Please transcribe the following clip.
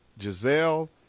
Giselle